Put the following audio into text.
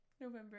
november